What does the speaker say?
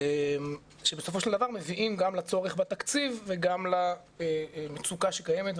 שבסופו של דבר מביאים גם לצורך בתקציב וגם למצוקה שקיימת,